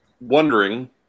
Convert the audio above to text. wondering